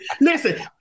Listen